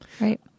Right